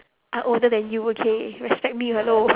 I older than you okay respect me hello